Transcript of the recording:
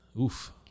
Oof